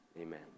amen